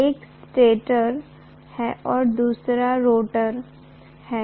एक स्टेटर है दूसरा एक रोटर है